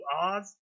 Oz